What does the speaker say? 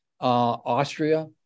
Austria